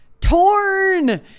torn